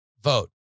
vote